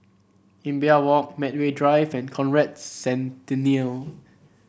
Imbiah Walk Medway Drive and Conrad Centennial